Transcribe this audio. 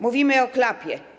Mówimy o klapie.